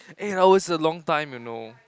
eight hours is a long time you know